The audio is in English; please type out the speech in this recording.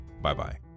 Bye-bye